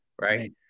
right